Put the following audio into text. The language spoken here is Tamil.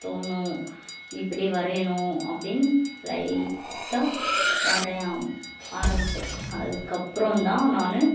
தோணும் இப்படி வரையணும் அப்டின்னு லைட்டாக வரையம் ஆரம்மிப்பேன் அதுக்கு அப்புறம் தான் நான்